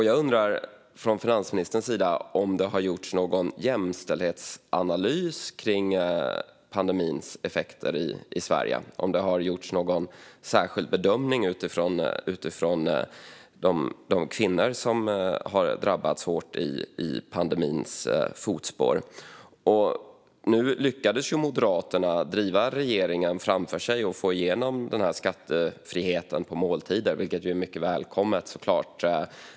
Jag undrar om det från finansministerns sida har gjorts någon jämställdhetsanalys av pandemins effekter i Sverige. Har det gjorts någon särskild bedömning utifrån de kvinnor som har drabbats hårt i pandemins fotspår? Nu lyckades ju Moderaterna driva regeringen framför sig och få igenom skattefrihet på måltider, vilket såklart är mycket välkommet.